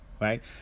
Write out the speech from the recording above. right